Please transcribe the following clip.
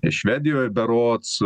švedijoje berods